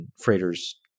freighters